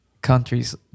countries